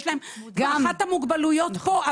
אחת המוגבלויות פה,